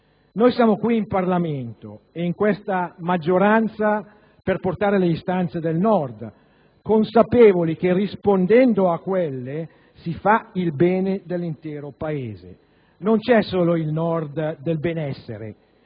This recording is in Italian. Siamo qui in Parlamento e in questa maggioranza per portare le istanze del Nord, consapevoli che, rispondendo a quelle, si fa il bene dell'intero Paese. Non c'è solo il Nord del benessere,